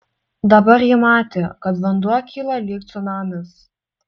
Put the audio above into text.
dabar ji matė kad vanduo kyla lyg cunamis